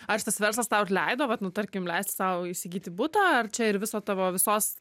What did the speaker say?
aš šitas verslas tau ir leido vat nu tarkim leisti sau įsigyti butą ar čia ir viso tavo visos